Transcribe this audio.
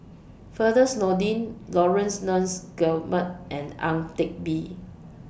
Firdaus Nordin Laurence Nunns Guillemard and Ang Teck Bee